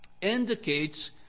indicates